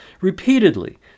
Repeatedly